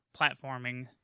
platforming